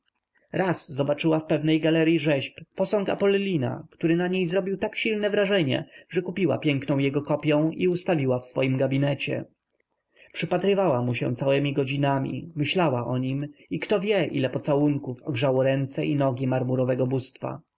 raz zobaczyła w pewnej galeryi rzeźb posąg apolina który na niej zrobił tak silne wrażenie że kupiła piękną jego kopią i ustawiła w swoim gabinecie przypatrywała mu się całemi godzinami myślała o nim i kto wie ile pocałunków ogrzało ręce i nogi marmurowego bóstwa